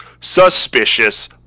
suspicious